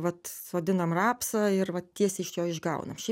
vat sodinam rapsą ir vat tiesiai iš jo išgaunam šiaip